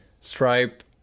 Stripe